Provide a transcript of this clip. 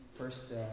First